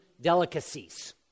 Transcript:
Delicacies